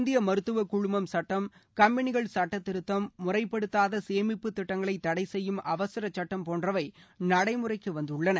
இந்திய மருத்துவ குழுமம் சட்டம் கம்பெனிகள் சட்டத்திருத்தம் முறைப்படுத்தாத சேமிப்பு திட்டங்களை தடை செய்யும் அவசரச்சட்டம் போன்றவை நடைமுறைக்கு வந்துள்ளன